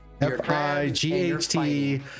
f-i-g-h-t